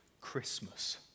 Christmas